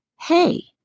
hey